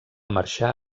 marxar